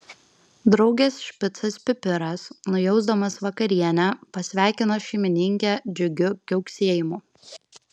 draugės špicas pipiras nujausdamas vakarienę pasveikino šeimininkę džiugiu kiauksėjimu